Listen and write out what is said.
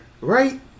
Right